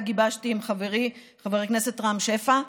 שגיבשתי עם חברי חבר הכנסת רם שפע,